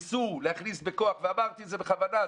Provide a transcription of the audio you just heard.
ניסו להכניס ואמרתי את זה בכוונה,